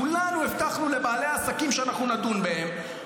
כולנו הבטחנו לבעלי העסקים שאנחנו נדון בהם,